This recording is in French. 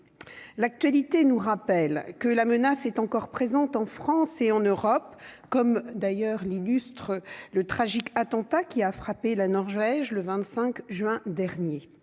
l'actualité nous rappelle que la menace est encore présente en France et en Europe, comme d'ailleurs l'illustre le tragique attentat qui a frappé la Norvège le 25 juin dernier